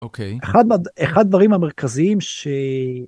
אוקיי. אחד הדברים המרכזיים ש.